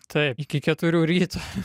taip iki keturių ryto